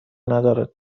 ندارد